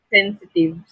sensitive